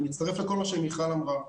אני מצטרף לכל מה שמיכל אמרה.